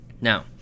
Now